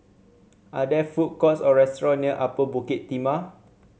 are there food courts or restaurants near Upper Bukit Timah